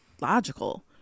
logical